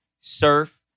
Surf